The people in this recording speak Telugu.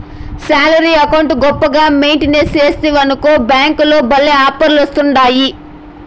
శాలరీ అకౌంటు గొప్పగా మెయింటెయిన్ సేస్తివనుకో బ్యేంకోల్లు భల్లే ఆపర్లిస్తాండాయి